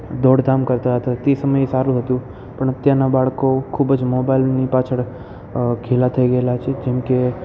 દોડધામ કરતાં હતા તે સમયે સારું હતું પણ અત્યારના બાળકો ખૂબ જ મોબાઈલની પાછળ ઘેલા થઈ જેમકે